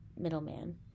middleman